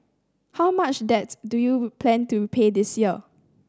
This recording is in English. how much debts do you plan to repay this year